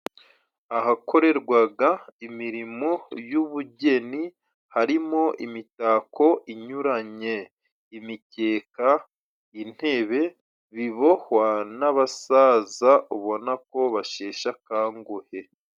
Ahakorerwaga imirimo y'ubugeni, harimo imitako inyuranye, imikeka, intebe, bibohwa n'abasaza ubona ko basheshekanguhe.